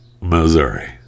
Missouri